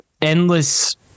Endless